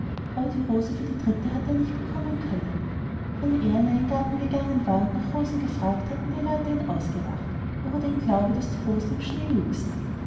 aber die rose für die dritte hatte er nicht bekommen können wenn er in einen garten gegangen war und nach rosen gefragt hatten die leute ihn ausgelacht ob er denn glaube daß die rosen im schnee wüchsen